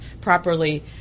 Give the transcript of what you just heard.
properly